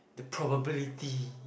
the probability